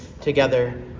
together